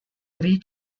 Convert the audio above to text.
three